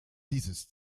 dieses